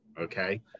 okay